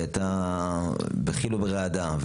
היא בדחילו ורעדה.